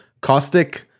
Caustic